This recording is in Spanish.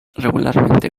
regularmente